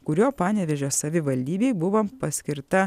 kuriuo panevėžio savivaldybei buvo paskirta